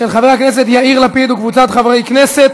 של חבר הכנסת יאיר לפיד וקבוצת חברי הכנסת,